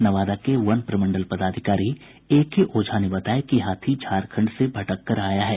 नवादा के वन प्रमंडल पदाधिकारी एके ओझा ने बताया कि हाथी झारखंड से भटक कर आया है